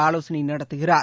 ஆலோசனை நடத்துகிறார்